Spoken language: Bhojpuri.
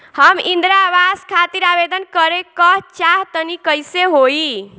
हम इंद्रा आवास खातिर आवेदन करे क चाहऽ तनि कइसे होई?